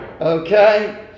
Okay